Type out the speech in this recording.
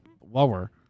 lower